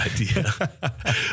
idea